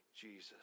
Jesus